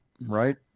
Right